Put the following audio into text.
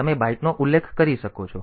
તેથી તમે બાઈટનો ઉલ્લેખ કરી શકો છો